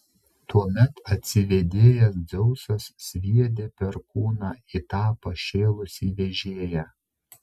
tuomet atsivėdėjęs dzeusas sviedė perkūną į tą pašėlusį vežėją